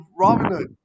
Robinhood